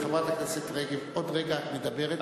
חברת הכנסת רגב, עוד רגע את מדברת.